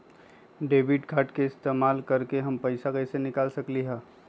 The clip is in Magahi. डेबिट कार्ड के इस्तेमाल करके हम पैईसा कईसे निकाल सकलि ह?